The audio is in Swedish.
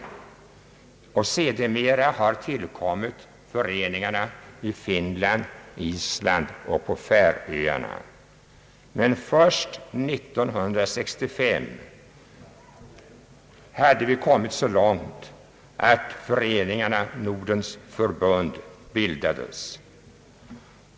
Sedermera har tillkommit föreningarna i Finland, på Island och på Färöarna. Men först 1965 hade vi kommit så långt att Föreningarna Nordens förbund bildades.